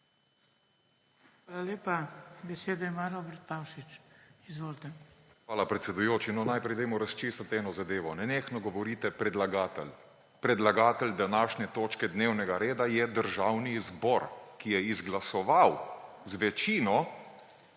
Hvala lepa. Besedo ima Robert Pavšič. Izvolite. ROBERT PAVŠIČ (PS LMŠ): Hvala, predsedujoči. Najprej dajmo razčistiti eno zadevo. Nenehno govorite predlagatelj. Predlagatelj današnje točke dnevnega reda je Državni zbor, ki je izglasoval z večino,